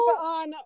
on